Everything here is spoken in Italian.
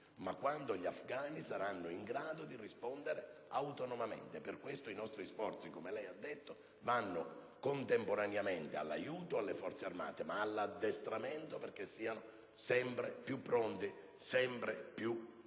ma quando gli afgani saranno in grado di rispondere autonomamente. Per questo i nostri sforzi, come il senatore Ramponi ha detto, vanno contemporaneamente all'aiuto alle Forze armate ma anche al loro addestramento, perché siano sempre più pronte ed adeguate.